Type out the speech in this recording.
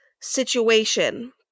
situation